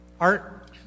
art